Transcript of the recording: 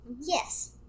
Yes